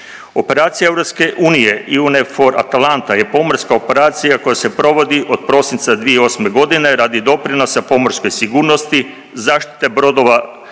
Operacija EU EUNAVFOR–ATALANTA je pomorska operacija koja se provodi od prosinca 2008.g. radi doprinosa pomorske sigurnosti, zaštite brodova